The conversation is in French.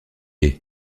est